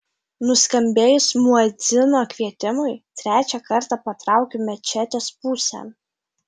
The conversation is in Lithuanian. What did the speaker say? nuskambėjus muedzino kvietimui trečią kartą patraukiu mečetės pusėn